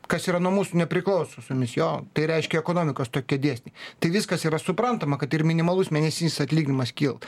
kas yra nuo mūsų nepriklauso su jumis jo tai reiškia ekonomikos tokie dėsniai tai viskas yra suprantama kad ir minimalus mėnesinis atlyginimas kils